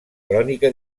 crònica